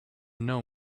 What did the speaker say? know